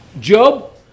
Job